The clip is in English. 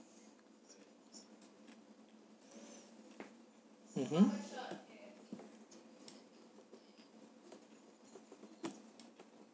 mmhmm